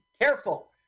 Careful